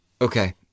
Okay